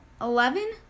Eleven